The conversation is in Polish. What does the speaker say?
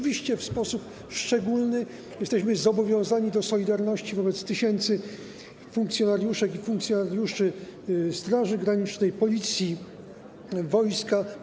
W sposób szczególny jesteśmy zobowiązani do solidarności wobec tysięcy funkcjonariuszek i funkcjonariuszy Straży Granicznej, Policji i wojska.